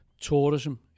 tourism